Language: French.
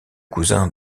cousin